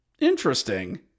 Interesting